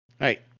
right